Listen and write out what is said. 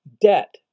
debt